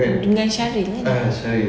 dengan syaril kan